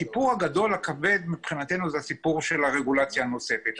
הסיפור הגדול והכבד הוא הסיפור של הרגולציה הנוספת,